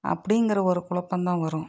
அப்படிங்கிற ஒரு குழப்பம் தான் வரும்